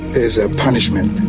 is a punishment.